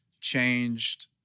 changed